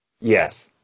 Yes